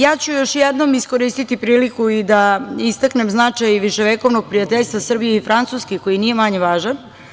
Još jednom ću iskoristiti priliku i da istaknem značaj i viševekovnog prijateljstva Srbije i Francuske koji nije manje važan.